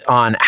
on